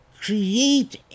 create